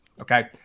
Okay